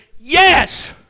yes